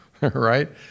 right